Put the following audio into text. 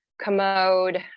commode